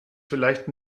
vielleicht